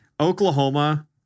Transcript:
Oklahoma